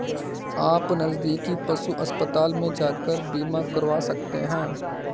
आप नज़दीकी पशु अस्पताल में जाकर बीमा करवा सकते है